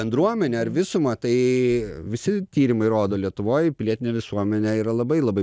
bendruomenę ar visumą tai visi tyrimai rodo lietuvoj pilietinė visuomenė yra labai labai